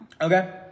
okay